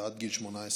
ועד גיל 18,